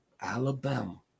Alabama